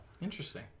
Interesting